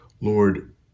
Lord